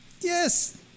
Yes